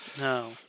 No